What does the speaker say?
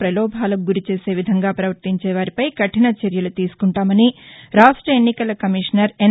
పలోభాలకు గురి చేసే విధంగా పవర్తించే వారిపై కఠిన చర్యలు తీసుకుంటామని రాష్ట ఎన్నికల కమిషనర్ ఎన్